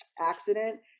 accident